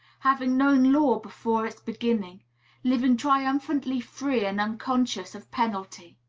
having known law before its beginning living triumphantly free and unconscious of penalty.